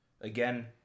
Again